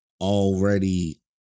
already